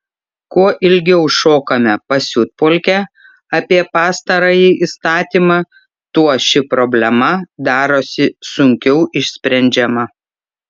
kuo ilgiau šokame pasiutpolkę apie pastarąjį įstatymą tuo ši problema darosi sunkiau išsprendžiama